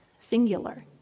Singular